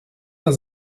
der